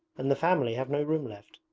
and the family have no room left.